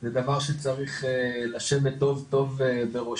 זה דבר שצריך לשבת טוב טוב בראשנו